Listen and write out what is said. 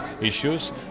issues